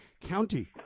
county